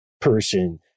person